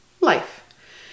life